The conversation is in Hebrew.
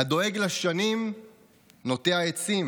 הדואג לשנים נוטע עצים,